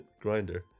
Grinder